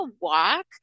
walk